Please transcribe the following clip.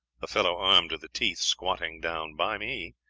a fellow armed to the teeth squatting down by me,